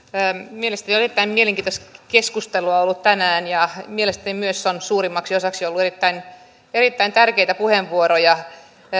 mielestäni on erittäin mielenkiintoista keskustelua ollut tänään ja mielestäni on suurimmaksi osaksi ollut erittäin erittäin tärkeitä puheenvuoroja